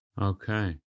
Okay